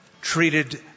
Treated